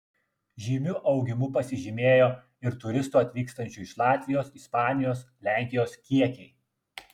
žymiu augimu pasižymėjo ir turistų atvykstančių iš latvijos ispanijos lenkijos kiekiai